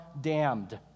damned